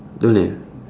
don't have